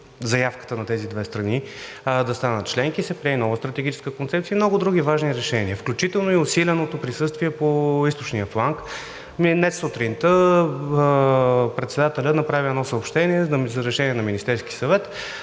заявката на тези две страни да станат членки се прие и нова Стратегическа концепция и много други важни решения, включително и усиленото присъствие по източния фланг. Днес сутринта председателят направи едно съобщение за решение на Министерския съвет,